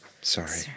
Sorry